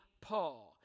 Paul